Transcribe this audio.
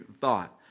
thought